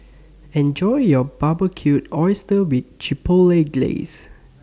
Enjoy your Barbecued Oysters with Chipotle Glaze